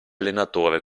allenatore